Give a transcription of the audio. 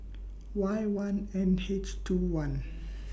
Y one N H two one